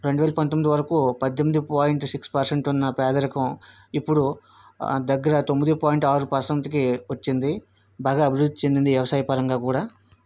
రెండు వేల పంతొమ్మిది వరకు పద్దెనిమిది పాయింట్ సిక్స్ పెర్సెంట్ ఉన్న పేదరికం ఇప్పుడు దగ్గర తొమ్మిది పాయింట్ ఆరు పెర్సెంట్కి వచ్చింది బాగా అభివృద్ధి చెందింది వ్యవసాయ పరంగా కూడా